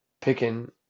picking